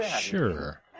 sure